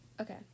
Okay